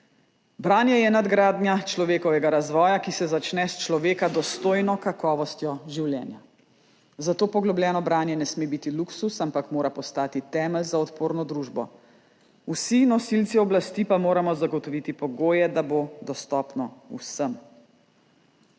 Branje je nadgradnja človekovega razvoja, ki se začne s človeka dostojno kakovostjo življenja. Zato poglobljeno branje ne sme biti luksuz, ampak mora postati temelj za odporno družbo. Vsi nosilci oblasti pa moramo zagotoviti pogoje, da bo dostopno vsem.